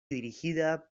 dirigida